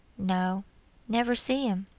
no never see him.